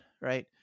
right